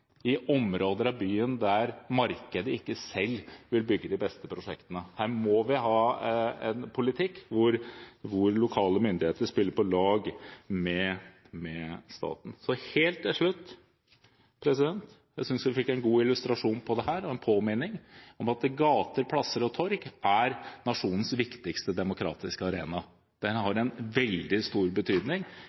i områder av byen der markedet ikke selv vil bygge de beste prosjektene. Her må vi ha en politikk hvor lokale myndigheter spiller på lag med staten. Helt til slutt: Jeg synes vi fikk en god illustrasjon på det her – og en påminning om – at gater, plasser og torg er nasjonens viktigste demokratiske arena. Den har en veldig stor betydning